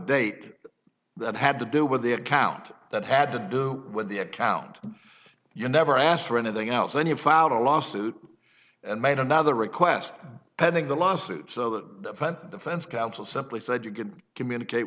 date that had to do with the account that had to do with the account you never asked for anything else when you filed a lawsuit and made another request pending the lawsuit so the defense counsel simply said you can communicate